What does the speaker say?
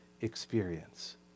experience